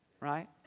right